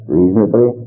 reasonably